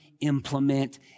implement